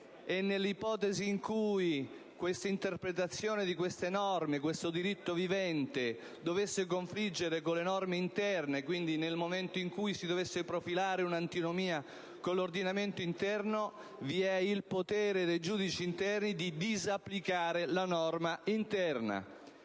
e, nell'ipotesi in cui l'interpretazione di queste norme e questo diritto vivente dovessero confliggere con le norme interne, quindi nel momento in cui si dovesse profilare una antinomia con l'ordinamento interno, vi è il potere dei giudici interni di disapplicare la norma interna.